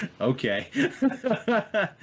Okay